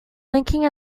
blinking